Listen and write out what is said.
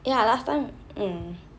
ya last time mm